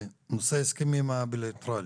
נושא ההסכמים הבילטרליים.